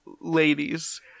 Ladies